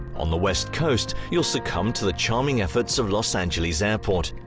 on the west coast, you'll succumb to the charming efforts of los angeles airport.